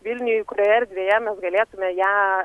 vilniuj kurioje erdvėje mes galėtume ją